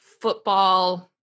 football